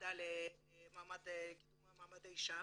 בוועדה לקידום מעמד האישה.